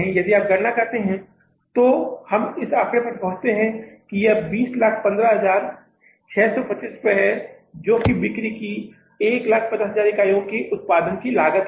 यदि आप यहां गणना करते हैं तो हम इस आंकड़े पर पहुंचते हैं यह 2015625 है जो बिक्री की 150000 इकाइयों के उत्पादन की लागत है